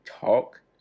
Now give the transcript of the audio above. talk